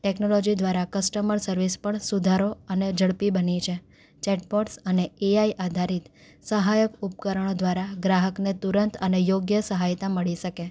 technology દ્વારા customer service પણ સુધારો અને ઝડપી બની છે ચેટબોટ્સ અને એઆઈ આધારિત સહાયક ઉપકરણો દ્વારા ગ્રાહકને તુરંત અને યોગ્ય સહાયતા મળી શકે